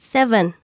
Seven